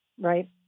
right